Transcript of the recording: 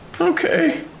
okay